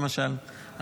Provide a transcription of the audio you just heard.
למשל,